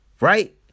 right